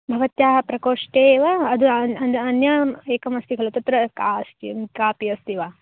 भवत्याः प्रकोष्ठे एव अद् अन्यः अन्यः अन्यः एकः अस्ति खलु तत्र का अस्ति कापि अस्ति वा